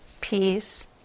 peace